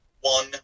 one